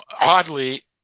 oddly